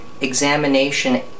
examination